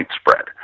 spread